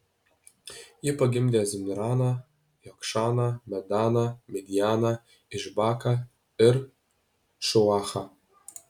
ji pagimdė zimraną jokšaną medaną midjaną išbaką ir šuachą